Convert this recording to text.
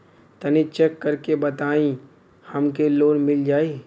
तनि चेक कर के बताई हम के लोन मिल जाई?